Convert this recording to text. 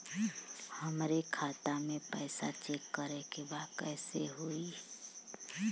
हमरे खाता के पैसा चेक करें बा कैसे चेक होई?